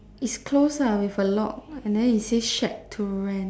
it's closed lah with a lock and then it says shack to rent